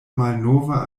malnova